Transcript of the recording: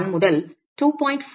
1 முதல் 2